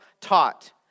taught